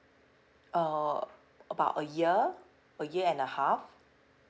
uh about a year a year and a half